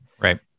Right